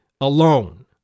alone